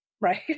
right